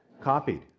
copied